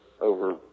over